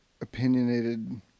opinionated